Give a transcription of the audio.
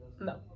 no